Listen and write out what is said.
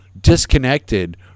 disconnected